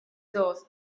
dos